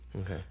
Okay